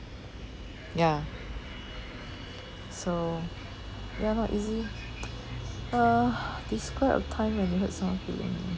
ya so ya not easy uh describe a time when you hurt someone feeling